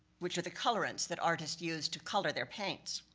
which are the colorants that artists use to color their paints.